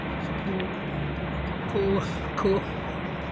खो खोआ खोआ